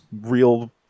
real